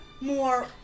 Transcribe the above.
more